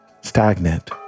stagnant